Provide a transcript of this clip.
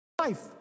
Life